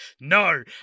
no